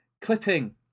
Clipping